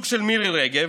מהסוג של מירי רגב,